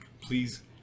please